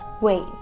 wait